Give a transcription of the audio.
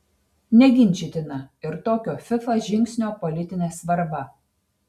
neginčytina ir tokio fifa žingsnio politinė svarba